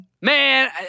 Man